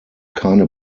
keine